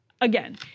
again